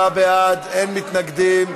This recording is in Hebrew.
27 בעד, אין מתנגדים.